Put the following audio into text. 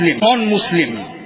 non-Muslim